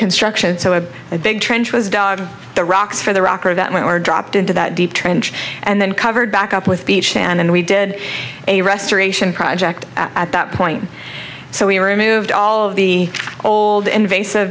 construction so a big trench was dog the rocks for the rock or that were dropped into that deep trench and then covered back up with beach sand and we did a restoration project at that point so we removed all of the old invasive